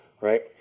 right